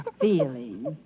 feelings